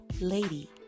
Lady